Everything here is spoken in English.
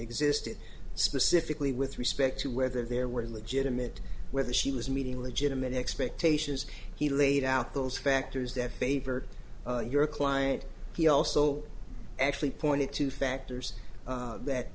existed specifically with respect to whether there were illegitimate whether she was meeting legitimate expectations he laid out those factors that favor your client he also actually pointed to factors that